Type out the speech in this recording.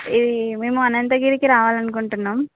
ఇది మేము అనంతగిరికి రావాలి అనుకుంటున్నాం